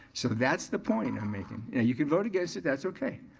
so that's the point i'm making and you can vote against it. that's okay.